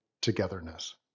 togetherness